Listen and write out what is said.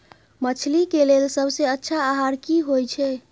मछली के लेल सबसे अच्छा आहार की होय छै?